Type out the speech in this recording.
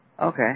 Okay